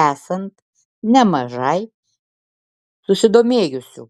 esant nemažai susidomėjusių